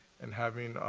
and having,